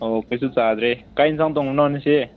ꯑꯧ ꯑꯩꯁꯨ ꯆꯥꯔꯦ ꯀꯔꯤ ꯑꯦꯟꯁꯥꯡ ꯊꯣꯡꯕꯅꯣ ꯉꯁꯤ